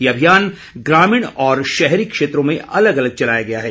ये अभियान ग्रामीण और शहरी क्षेत्रों में अलग अलग चलाया गया है